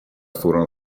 furono